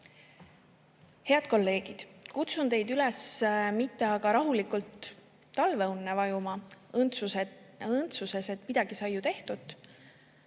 Head kolleegid! Kutsun teid üles mitte rahulikult talveunne vajuma õndsuses, et midagi sai ju tehtud.